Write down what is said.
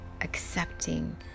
accepting